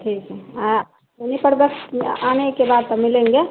ठीक है आने के बाद तब मिलेंगे